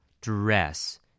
Dress